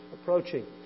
approaching